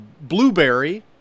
Blueberry